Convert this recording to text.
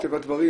מטבע הדברים